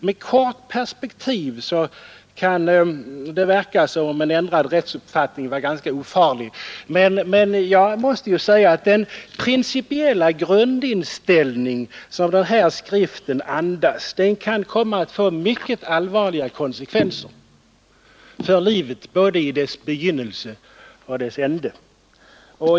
Med kort perspektiv kan det verka som om en ändrad rättsuppfattning vore ganska ofarlig, men den principiella grundinställning som betänkandet andas kan komma att få mycket allvarliga konsekvenser för livet både i dess begynnelse och i dess ände.